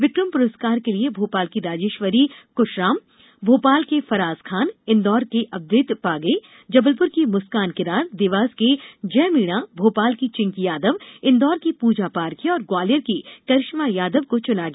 विक्रम पुरस्कार के लिये भोपाल की राजेश्वरी कशराम भोपाल के फराज खान इंदौर के अद्वेत पागे जबलपुर की मुस्कान किरार देवास के जय मीणा भोपाल की चिंकी यादव इंदौर की प्रजा पारखे और ग्वालियर की करिश्मा यादव को चुना गया है